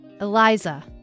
Eliza